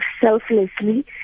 selflessly